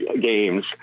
games